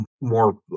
more